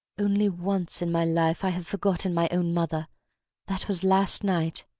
only once in my life i have forgotten my own mother that was last night.